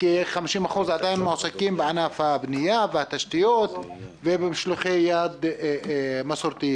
כ- 50% עדיין מועסקים בענף הבנייה והתשתיות ובמשלוחי יד מסורתיים,